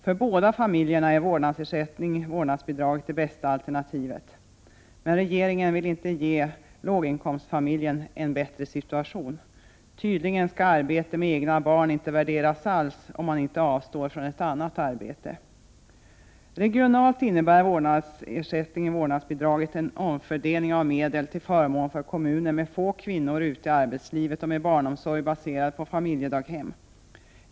För båda familjerna är vårdnadsbidraget det bästa alternativet. Men regeringen vill inte ge låginkomstfamiljen en bättre situation. Tydligen skall arbete med egna barn inte värderas alls, om man inte avstår från ett annat arbete. Regionalt innebär vårdnadsbidraget en omfördelning av medel till förmån för kommuner med få kvinnor ute i arbetslivet och med barnomsorg baserad på familjedaghem.